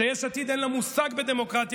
ליש עתיד אין מושג בדמוקרטיה.